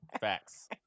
Facts